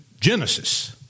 Genesis